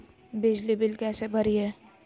बिजली बिल कैसे भरिए?